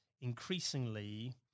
increasingly